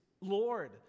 Lord